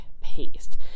paste